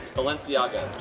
balenciaga.